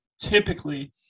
typically